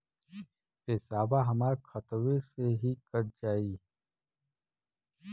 पेसावा हमरा खतवे से ही कट जाई?